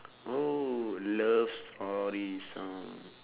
oh love story song